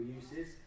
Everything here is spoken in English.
uses